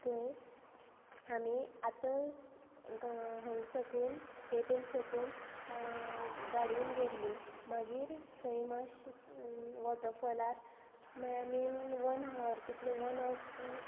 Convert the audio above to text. थंय आमी आतां हांग सकून केपें सकून गाडयेन गेल्ली मागीर थंय मातशें वॉटरफॉलार मिन वन हार कितले वन आवर टू